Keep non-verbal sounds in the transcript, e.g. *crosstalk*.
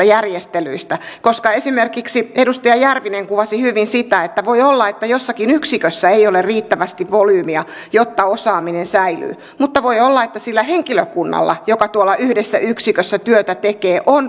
*unintelligible* järjestelyistä esimerkiksi edustaja järvinen kuvasi hyvin sitä että voi olla että jossakin yksikössä ei ole riittävästi volyymiä jotta osaaminen säilyy mutta voi olla että sillä henkilökunnalla joka tuolla yhdessä yksikössä työtä tekee on